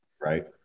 Right